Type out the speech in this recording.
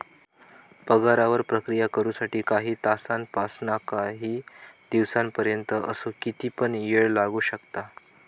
पगारावर प्रक्रिया करु साठी काही तासांपासानकाही दिसांपर्यंत असो किती पण येळ लागू शकता